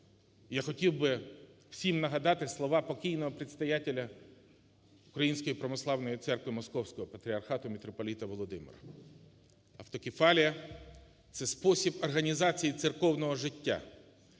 Я хотів би всім нагадати слова покійного предстоятеля Української Православної Церкви Московського патріархату митрополита Володимира: "Автокефалія – це спосіб організації церковного життя,